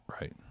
Right